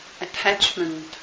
attachment